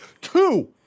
Two